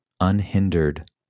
unhindered